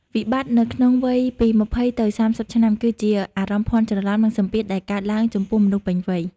វិបត្តិនៅក្នុងវ័យពី ២០ ទៅ ៣០ ឆ្នាំ គឺជាអារម្មណ៍ភាន់ច្រឡំ និងសម្ពាធដែលកើតឡើងចំពោះមនុស្សពេញវ័យ។